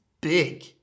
big